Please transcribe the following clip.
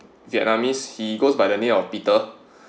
vietnamese he goes by the name of peter